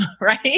right